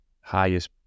highest